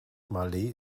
malé